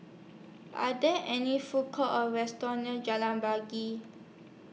Are There any Food Courts Or restaurants near Jalan Pari Key